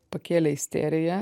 pakėlė isteriją